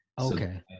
okay